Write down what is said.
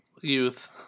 youth